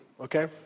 okay